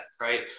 right